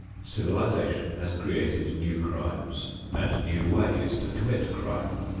civilization has created new crimes and new ways to commit crime.